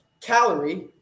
calorie